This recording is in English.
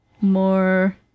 more